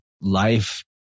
life